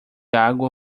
água